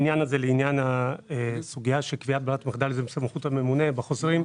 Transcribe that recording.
לעניין קביעת ברירת מחדל זה בסמכות הממונה בחוזרים.